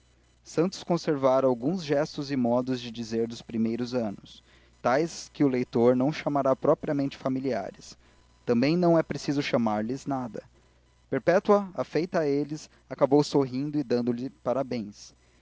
santos conservara alguns gestos e modos de dizer dos primeiros anos tais que o leitor não chamará propriamente familiares também não é preciso chamar lhes nada perpétua afeita a eles acabou sorrindo e dando-lhe parabéns